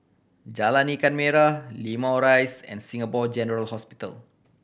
Jalan Ikan Merah Limau Rise and Singapore General Hospital